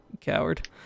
coward